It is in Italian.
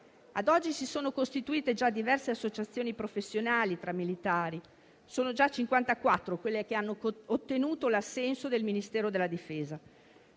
Ad oggi, si sono costituite già diverse associazioni professionali tra militari, sono già 54 quelle che hanno ottenuto l'assenso del Ministero della difesa.